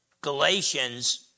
Galatians